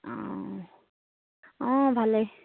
অঁ অঁ ভালেই